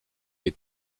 les